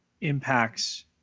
impacts